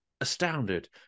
astounded